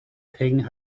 thing